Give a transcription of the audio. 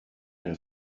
herr